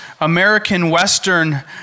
American-Western